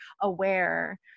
aware